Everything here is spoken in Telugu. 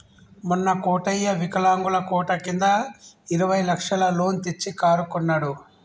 మొన్న కోటయ్య వికలాంగుల కోట కింద ఇరవై లక్షల లోన్ తెచ్చి కారు కొన్నడు